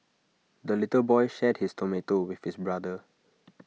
the little boy shared his tomato with his brother